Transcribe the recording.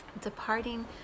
Departing